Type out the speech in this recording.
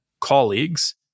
colleagues